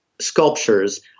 sculptures